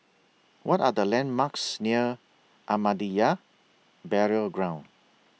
What Are The landmarks near Ahmadiyya Burial Ground